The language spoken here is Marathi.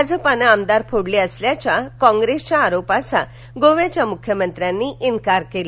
भाजपानं आमदार फोडले असल्याच्या काँग्रेसच्या आरोपाचा गोव्याच्या मुख्यमंत्र्यांनी इन्कार केला